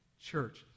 church